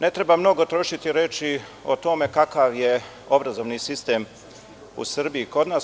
Ne treba mnogo trošiti reči o tome kakav je obrazovni sistem u Srbiji kod nas.